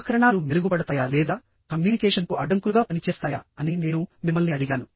ఉపకరణాలు మెరుగుపడతాయా లేదా కమ్యూనికేషన్కు అడ్డంకులుగా పనిచేస్తాయా అని నేను మిమ్మల్ని అడిగాను